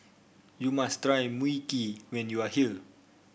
you must try Mui Kee when you are here